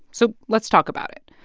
so let's talk about it.